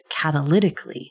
catalytically